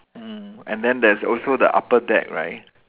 mm and then there's also the upper deck right